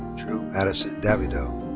drew madison davidow.